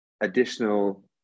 additional